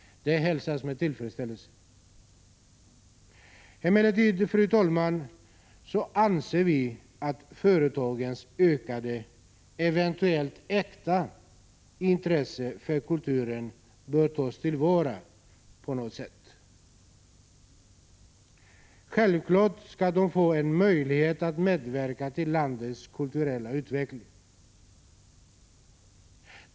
Detta hälsas med tillfredsställelse. Emellertid, fru talman, anser vi att företagens ökade, eventuellt äkta intresse för kulturen bör tas till vara på något sätt. Självklart skall de få en möjlighet att medverka till landets kulturella utveckling.